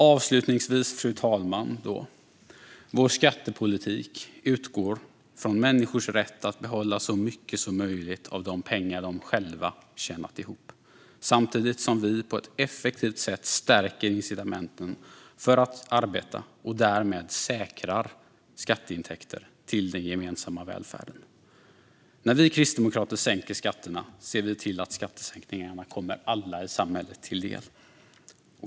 Avslutningsvis, fru talman: Vår skattepolitik utgår från människors rätt att behålla så mycket som möjligt av de pengar de själva tjänat ihop, samtidigt som vi på ett effektivt sätt stärker incitamenten för att arbeta och därmed säkrar skatteintäkter till den gemensamma välfärden. När vi kristdemokrater sänker skatterna ser vi till att skattesänkningarna kommer alla i samhället till del.